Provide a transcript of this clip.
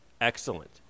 Excellent